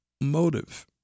motive